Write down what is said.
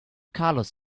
carlos